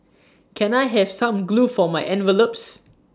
can I have some glue for my envelopes